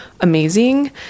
amazing